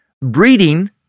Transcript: breeding